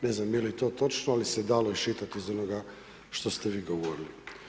Ne znam je li to točno, ali se dalo iščitati iz onoga što ste vi govorili.